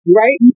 right